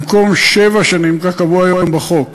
במקום שבע שנים כקבוע היום בחוק.